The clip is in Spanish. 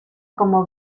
como